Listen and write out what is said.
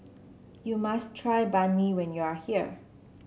you must try Banh Mi when you are here